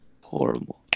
horrible